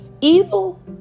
evil